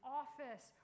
office